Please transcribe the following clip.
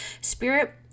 spirit